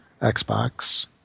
Xbox